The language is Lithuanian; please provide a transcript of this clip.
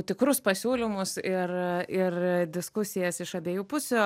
tikrus pasiūlymus ir ir diskusijas iš abiejų pusių